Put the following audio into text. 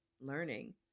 learning